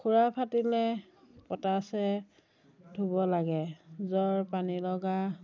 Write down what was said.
খুৰা ফাটিলে পটাছেৰে ধুব লাগে জ্বৰ পানী লগা